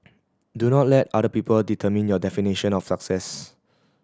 do not let other people determine your definition of success